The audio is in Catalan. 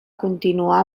continuar